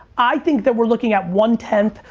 i think that we're looking at one ten,